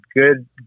good